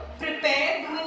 prepare